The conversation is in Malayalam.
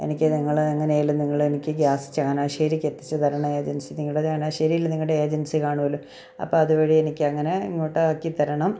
എനിക്ക് നിങ്ങളെ എങ്ങനെയെങ്കിലും നിങ്ങൾ എനിക്ക് ഗ്യാസ് ചങ്ങനാശ്ശേരിക്ക് എത്തിച്ചു തരണേ ഏജൻസി നിങ്ങളുടെ ചങ്ങനാശ്ശേരിയിൽ നിങ്ങളുടെ ഏജൻസി കാണുമല്ലോ അപ്പോൾ അതു വഴി എനിക്കങ്ങനെ ഇങ്ങോട്ട് ആക്കി തരണം